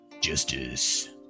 Justice